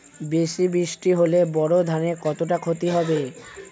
বেশি বৃষ্টি হলে বোরো ধানের কতটা খতি হবে?